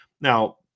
Now